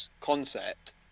concept